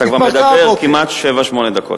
אתה כבר מדבר כמעט שבע-שמונה דקות.